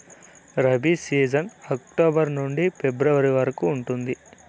rabi season October నుండి February వరకు ఉంటుంది